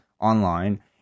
online